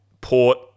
Port